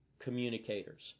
communicators